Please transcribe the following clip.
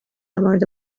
مورد